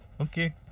Okay